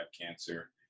cancer